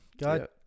God